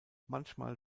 manchmal